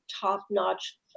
top-notch